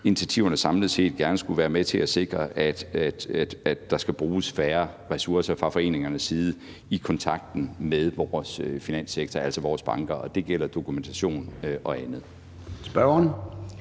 initiativerne samlet set gerne skulle være med til at sikre, at der skal bruges færre ressourcer fra foreningernes side i kontakten med vores finanssektor, altså vores banker. Og det gælder dokumentation og andet.